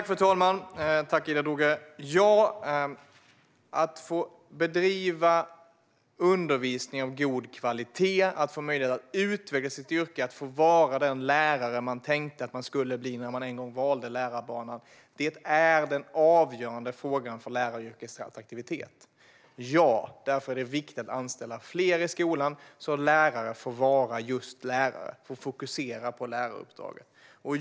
Fru talman! Jag tackar Ida Drougge för detta. Att få bedriva undervisning av god kvalitet, att få möjlighet att utveckla sitt yrke och få vara den lärare som man tänkte att man skulle bli när man en gång valde lärarbanan är den avgörande frågan för läraryrkets attraktivitet. Ja, därför är det viktigt att anställa fler i skolan, så att lärare får vara just lärare och får fokusera på läraruppdraget.